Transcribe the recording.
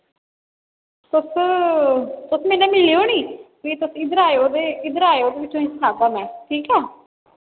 तुस तुस मेरे नै मिलेओ नी वे तुस इद्धर आयो वे इद्धर आयो फ्ही मैं तुसें सनागा मैं ठीक ऐ